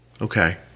okay